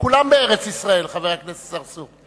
כולם בארץ-ישראל, חבר הכנסת צרצור.